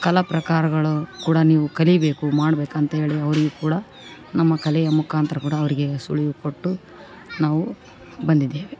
ಕಲಾ ಪ್ರಕಾರಗಳು ಕೂಡ ನೀವು ಕಲಿಬೇಕು ಮಾಡಬೇಕಂತೆಳಿ ಅವರಿಗು ಕೂಡ ನಮ್ಮ ಕಲೆಯ ಮುಖಾಂತರ ಕೂಡ ಅವರಿಗೆ ಸುಳಿವು ಕೊಟ್ಟು ನಾವು ಬಂದಿದ್ದೇವೆ